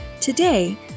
Today